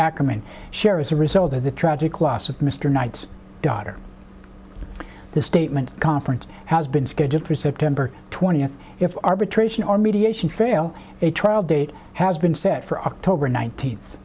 ackerman share as a result of the tragic loss of mr knight's daughter the statement conference has been scheduled for september twentieth if arbitration or mediation fail a trial date has been set for october nineteenth